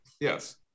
Yes